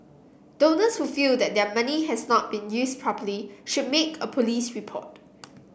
donors who feel that their money has not been used properly should make a police report